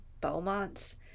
Beaumonts